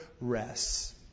rests